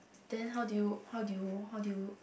then how do you how do you how do you